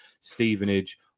stevenage